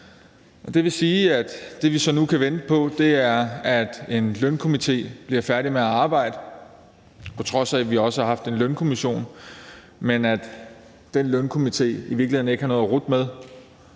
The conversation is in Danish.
Det vil sige, at det, vi så nu kan vente på, er, at en lønstrukturkomité bliver færdig med sit arbejde – på trods af at vi også har haft en Lønkommission – men at den lønstrukturkomité i virkeligheden ikke har noget at rutte med.